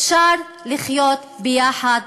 אפשר לחיות ביחד,